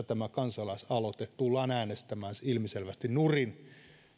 tämä kansalaisaloite tullaan äänestämään ilmiselvästi nurin